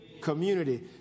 Community